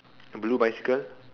blue bicycle